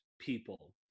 people